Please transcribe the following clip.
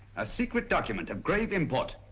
a secret document of grave and but